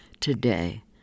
today